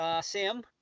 Sam